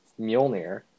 Mjolnir